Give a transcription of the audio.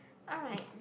alright